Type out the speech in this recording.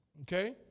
okay